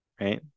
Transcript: right